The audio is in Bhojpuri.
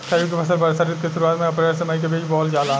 खरीफ के फसल वर्षा ऋतु के शुरुआत में अप्रैल से मई के बीच बोअल जाला